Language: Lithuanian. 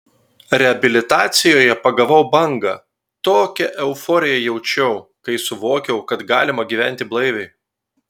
reabilitacijoje pagavau bangą tokią euforiją jaučiau kai suvokiau kad galima gyventi blaiviai